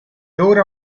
ora